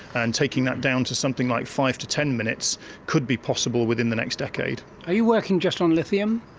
and taking that down to something like five to ten minutes could be possible within the next decade. are you working just on lithium?